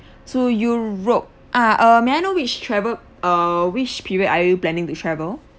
so europe ah uh may I know which trave~ uh which period are you planning to travel